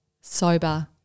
sober